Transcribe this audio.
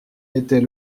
était